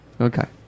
Okay